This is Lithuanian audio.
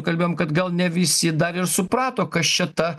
kalbėjom kad gal ne visi dar ir suprato kas čia ta